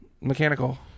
mechanical